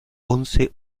once